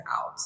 out